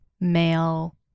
male